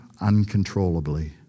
uncontrollably